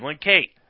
Kate